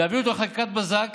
ולהביא אותו לחקיקת בזק